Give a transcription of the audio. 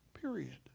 period